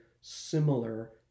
similar